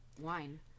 wine